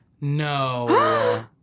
No